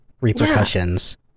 repercussions